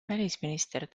välisminister